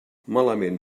malament